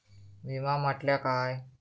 विमा म्हटल्या काय?